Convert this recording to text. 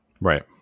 Right